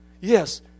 Yes